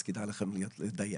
אז כדאי לכם לדייק.